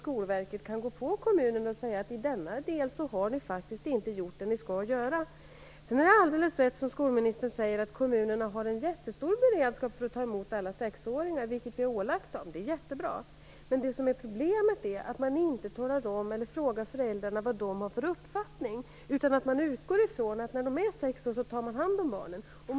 Skolverket kan då gå på kommunerna och säga att de faktiskt inte har gjort vad de skall göra i denna del. Det är alldeles riktigt, som skolministern säger, att kommunerna har en jättestor beredskap för att ta emot alla sexåringar, vilket vi också har ålagt dem. Det är bra. Men problemet är att ingen frågar föräldrarna vad de har för uppfattning. Man utgår ifrån att när barnen är sex år gamla tas de om hand.